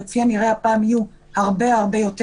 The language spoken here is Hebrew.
וכפי הנראה הפעם יהיו הרבה הרבה יותר,